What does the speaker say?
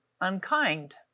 unkind